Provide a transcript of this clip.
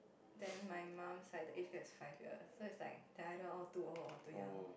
then my mum's side the age gap is five years so it's like they either all too old or too young